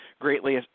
greatly